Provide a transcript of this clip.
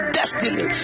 destiny